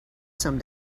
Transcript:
some